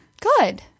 good